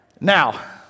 Now